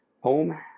home